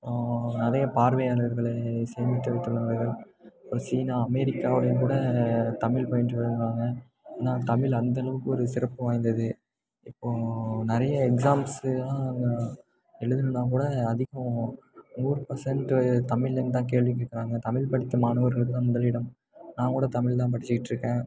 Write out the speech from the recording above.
அப்புறம் நிறைய பார்வையாளர்களை சேமித்து வைத்துள்ளார்கள் அப்புறம் சீனா அமெரிக்காவிலும் கூட தமிழ் பயின்று வராங்க ஏன்னால் தமிழ் அந்தளவுக்கு ஒரு சிறப்பு வாய்ந்தது இப்போது நிறைய எக்ஸாம்ஸெலாம் எழுதணுன்னாக்கூட அதுக்கும் நூறு பர்செண்ட் தமிழ்லேர்ந்துதான் கேள்வி கேட்குறாங்க தமிழ் படித்த மாணவர்களுக்கு தான் முதலிடம் நான் கூட தமிழ்தான் படிச்சுக்கிட்டு இருக்கேன்